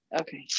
okay